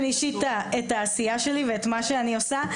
אישי את העשייה שלי ואת מה שאני עושה.